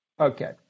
Okay